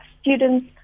students